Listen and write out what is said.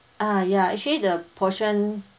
ah yeah actually the portion